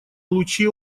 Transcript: лучи